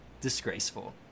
disgraceful